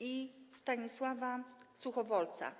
i Stanisława Suchowolca.